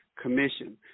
Commission